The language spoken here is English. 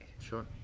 Sure